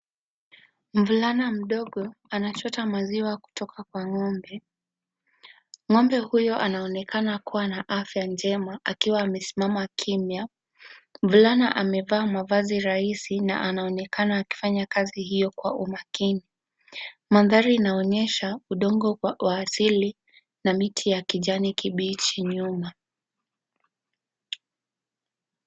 Mvulana mdogo anachota maziwa kutoka kwa ng'ombe. Ng'ombe huyo anaonekana kuwa na afya njema akiwa amesimama kimya. Mvulana amevaa mavazi rahisi na anaonekana akifanya kazi hiyo kwa umakini. Mandhari yanaonyesha udongo wa asili na miti ya kijani kibichi nyuma.